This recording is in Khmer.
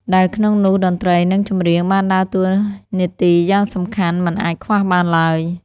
ដែលក្នុងនោះតន្ត្រី និងចម្រៀងបានដើរតួនាទីយ៉ាងសំខាន់មិនអាចខ្វះបានឡើយ។